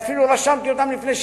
ואפילו רשמתי אותם לפני שדיברת.